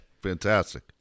Fantastic